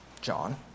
John